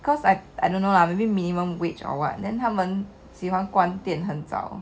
cause I I don't know lah maybe minimum wage or what then 他们喜欢关店很早